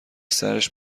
سرش